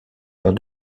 lors